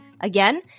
Again